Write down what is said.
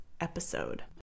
episode